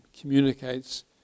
communicates